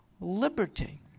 liberty